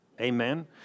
Amen